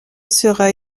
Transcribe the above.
sera